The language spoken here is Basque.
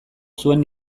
zuen